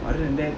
other than that